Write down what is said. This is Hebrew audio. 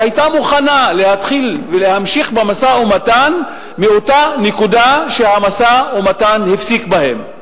והיתה מוכנה להתחיל ולהמשיך במשא-ומתן מאותה נקודה שהמשא-ומתן נפסק בו.